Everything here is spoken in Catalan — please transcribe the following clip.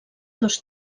dos